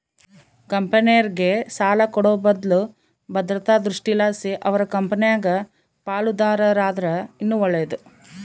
ಕಂಪೆನೇರ್ಗೆ ಸಾಲ ಕೊಡೋ ಬದ್ಲು ಭದ್ರತಾ ದೃಷ್ಟಿಲಾಸಿ ಅವರ ಕಂಪೆನಾಗ ಪಾಲುದಾರರಾದರ ಇನ್ನ ಒಳ್ಳೇದು